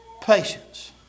patience